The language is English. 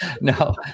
no